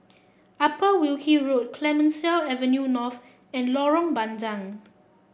Upper Wilkie Road Clemenceau Avenue North and Lorong Bandang